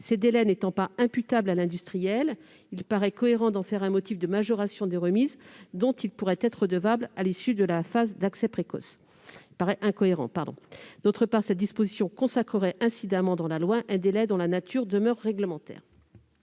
Ces délais n'étant pas imputables à l'industriel, il paraît incohérent d'en faire un motif de majoration des remises dont il pourrait être redevable à l'issue de la phase d'accès précoce. D'autre part, cette disposition consacrerait incidemment dans la loi un délai dont la nature demeure réglementaire.